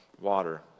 Water